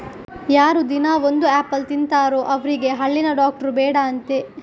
ಯಾರು ದಿನಾ ಒಂದು ಆಪಲ್ ತಿಂತಾರೋ ಅವ್ರಿಗೆ ಹಲ್ಲಿನ ಡಾಕ್ಟ್ರು ಬೇಡ ಅಂತೆ